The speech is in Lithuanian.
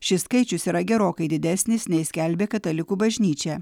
šis skaičius yra gerokai didesnis nei skelbia katalikų bažnyčia